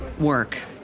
work